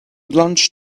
lunch